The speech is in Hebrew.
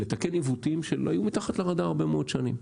לתקן עיוותים שהיו מתחת לרדאר הרבה מאוד שנים.